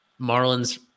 Marlins